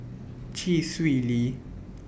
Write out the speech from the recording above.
Chee Swee Lee